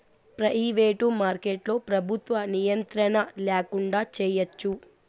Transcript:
private మార్కెట్లో ప్రభుత్వ నియంత్రణ ల్యాకుండా చేయచ్చు